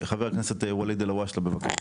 חבר הכנסת ואליד אלהואשלה, בבקשה.